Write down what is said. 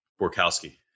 Borkowski